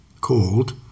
called